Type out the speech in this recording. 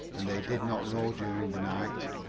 and they did not row during the night.